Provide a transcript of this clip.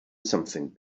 something